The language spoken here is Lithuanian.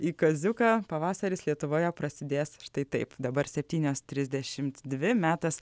į kaziuką pavasaris lietuvoje prasidės štai taip dabar septynios trisdešimt dvi metas